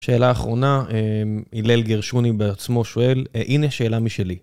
שאלה אחרונה, הילל גרשוני בעצמו שואל, הנה שאלה משלי.